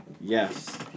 Yes